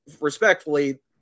respectfully